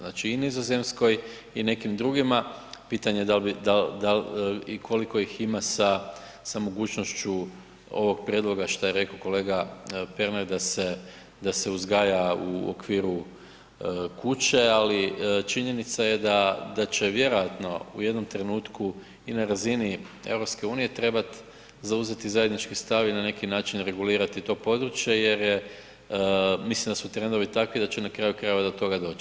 Znači i Nizozemskoj i nekim drugima, pitanje je da li bi, da li i koliko ih ima sa mogućnošću ovog prijedloga, što je rekao kolega Pernar da se uzgaja u okviru kuće, ali činjenica je da će vjerojatno u jednom trenutku i na razini EU trebati zauzeti zajednički stav i na neki način regulirati to područje jer je, mislim da su trendovi takvi da će na kraju krajeva, do toga doći.